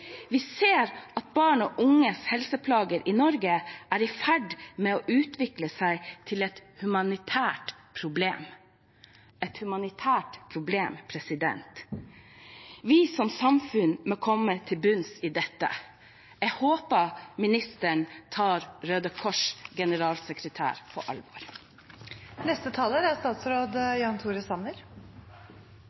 Vi ser at barn og unges helseplager i Norge er i ferd med å utvikle seg til et humanitært problem. Et humanitært problem – vi som samfunn må komme til bunns i dette. Jeg håper kunnskapsministeren tar Røde Kors’ generalsekretær på